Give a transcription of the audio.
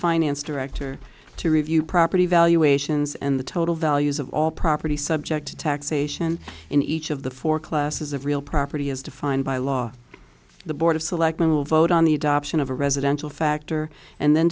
finance director to review property valuations and the total values of all property subject to taxation in each of the four classes of real property as defined by law the board of selectmen will vote on the adoption of a residential factor and then